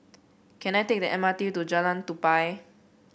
can I take the M R T to Jalan Tupai